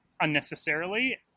unnecessarily